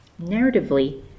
Narratively